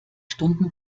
stunden